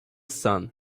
sun